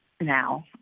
now